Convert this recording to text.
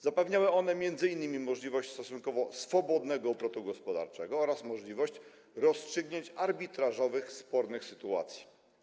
Zapewniały one m.in. możliwość stosunkowo swobodnego obrotu gospodarczego oraz możliwość rozstrzygnięć arbitrażowych spornych sytuacji.